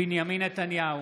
בנימין נתניהו,